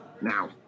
Now